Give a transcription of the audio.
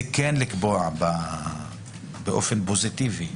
את זה כן לקבוע באופן פוזיטיבי